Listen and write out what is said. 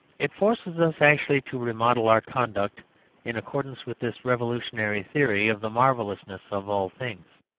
it forces us actually to remodel our conduct in accordance with this revolutionary theory of the marvellousness of all things.